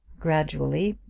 gradually,